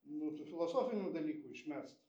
nu tų filosofinių dalykų išmest